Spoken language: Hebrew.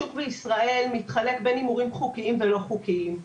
השוק בישראל מתחלק בין הימורים חוקיים ולא חוקיים.